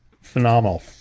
phenomenal